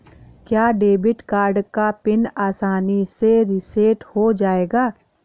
क्या debit card का PIN आसानी से रीसेट हो जाएगा?